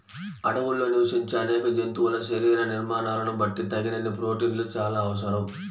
అడవుల్లో నివసించే అనేక జంతువుల శరీర నిర్మాణాలను బట్టి తగినన్ని ప్రోటీన్లు చాలా అవసరం